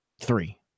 three